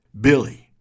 Billy